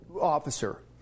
officer